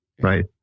right